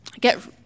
get